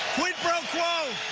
quid pro quo!